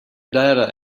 data